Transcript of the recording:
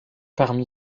parmi